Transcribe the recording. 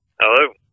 Hello